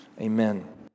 Amen